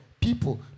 People